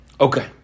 Okay